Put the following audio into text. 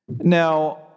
Now